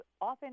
often